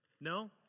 No